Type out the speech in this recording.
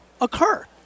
occur